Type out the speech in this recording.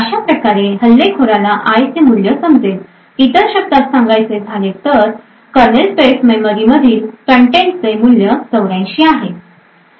अशाप्रकारे हल्लेखोराला i चे मूल्य समजेल इतर इतर शब्दात सांगायचे झाले तर त्या कर्नल स्पेस मेमरीमधील कन्टेन्टचे मूल्य 84 आहे